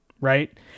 right